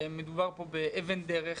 מדובר פה באבן דרך,